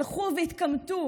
הלכו והתקמטו,